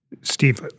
Steve